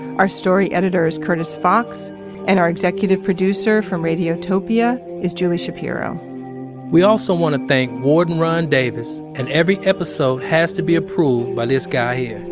our story editor is curtis fox and our executive editor from radiotopia is julie shapiro we also want to thank warden ron davis, and every episode has to be approved by this guy hi.